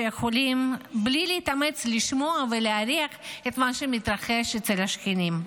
שבלי להתאמץ יכולים לשמוע ולהריח את מה שמתרחש אצל השכנים.